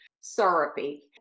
syrupy